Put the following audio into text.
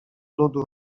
ludu